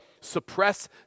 suppress